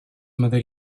mother